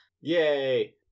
Yay